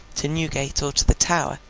to newgate or to the tower,